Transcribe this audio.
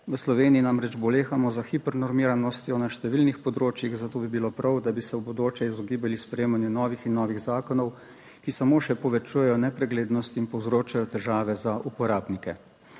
V Sloveniji namreč bolehamo za hipernormiranostjo na številnih področjih, zato bi bilo prav, da bi se v bodoče izogibali sprejemanju novih in novih zakonov, ki samo še povečujejo nepreglednost in povzročajo težave za uporabnike.